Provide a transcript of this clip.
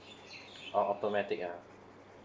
oh automatic ah